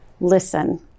Listen